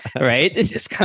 right